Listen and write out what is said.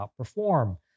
outperform